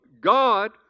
God